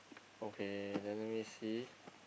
okay then let me see